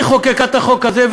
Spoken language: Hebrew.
היא חוקקה את החוק הזה,